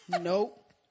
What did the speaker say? Nope